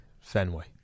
Fenway